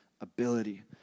ability